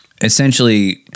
essentially